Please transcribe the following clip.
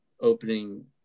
opening